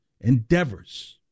endeavors